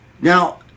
Now